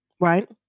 right